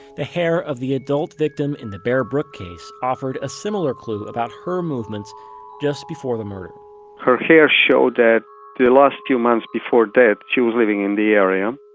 the hair of the adult victim in the bear brook case offered a similar clue about her movements just before the murder her hair showed that the last few months before death, she was living in the area.